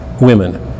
women